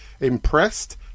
impressed